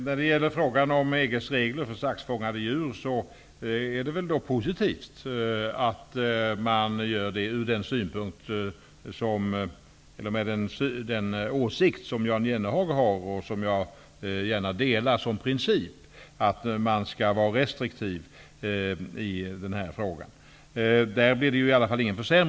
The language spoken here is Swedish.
Herr talman! EG:s regler för handel med skinn från saxfångade djur är väl någonting positivt, med den åsikt som Jan Jennehag har. Jag instämmer gärna i principen att man skall vara restriktiv i fråga om denna handel. Det blir i alla fall inte någon försämring.